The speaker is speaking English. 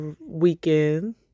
weekend